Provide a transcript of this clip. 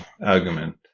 argument